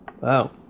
Wow